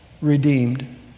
redeemed